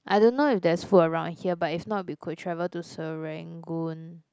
I don't know if there's food around here but if not we could travel to Serangoon